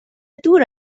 دور